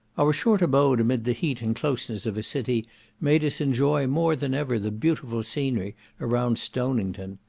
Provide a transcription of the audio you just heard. our short abode amid the heat and closeness of a city made us enjoy more than ever the beautiful scenery around stonington.